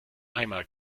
einmal